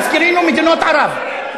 מזכירים לו מדינות ערב.